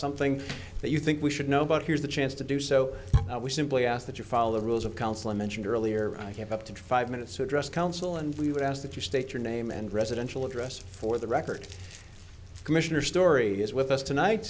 something that you think we should know about here's a chance to do so we simply ask that you follow the rules of council i mentioned earlier i came up to five minutes to address council and we would ask that you state your name and residential address for the record commissioner story is with us tonight